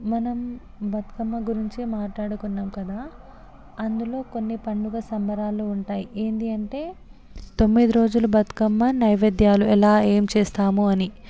మనం బతుకమ్మ గురించి మాటాడుకున్నాం కదా అందులో కొన్ని పండుగ సంబరాలు ఉంటాయి ఏంటీ అంటే తొమ్మిది రోజుల బతుకమ్మ నైవేద్యాలు ఎలా ఏం చేస్తాము అని